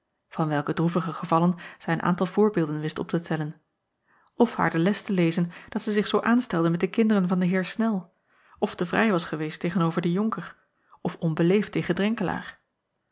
van welke droevige gevallen zij een aantal voorbeelden wist op te tellen of haar de les te lezen dat zij zich zoo aanstelde met de kinderen van den eer nel of te vrij was geweest tegen-over den onker of onbeleefd tegen